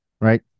Right